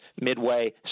Midway